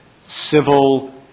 civil –